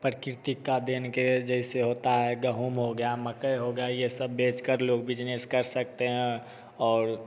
प्रकृति का देन के जैसे होता है गेहूँ हो गया मकई हो गया ये सब बेचकर लोग बिजनेस कर सकते हैं और